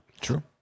True